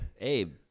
Abe